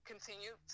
continue